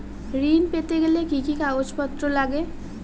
ঋণ পেতে গেলে কি কি কাগজপত্র লাগে?